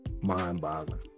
Mind-boggling